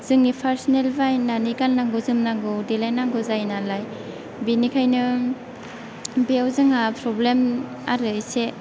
जोंनि पार्सनेल बायनानै गाननांगौ जोमनांगौ देलायनांगौ जायो नालाय बेनिखायनो बेयाव जोंहा प्रब्लेम आरो एसे